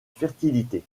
fertilité